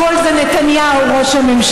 הכול זה נתניהו, ראש הממשלה.